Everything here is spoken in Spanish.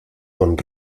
con